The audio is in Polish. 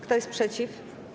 Kto jest przeciw?